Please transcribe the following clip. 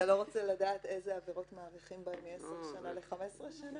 אתה לא רוצה לדעת אלו עבירות מאריכים בהן מ-10 שנים ל-15 שנה?